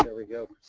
and we go.